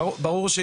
הגנרטורים,